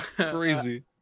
Crazy